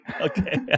Okay